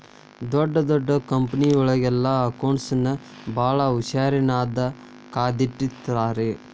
ಡೊಡ್ ದೊಡ್ ಕಂಪನಿಯೊಳಗೆಲ್ಲಾ ಅಕೌಂಟ್ಸ್ ನ ಭಾಳ್ ಹುಶಾರಿನ್ದಾ ಕಾದಿಟ್ಟಿರ್ತಾರ